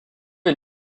est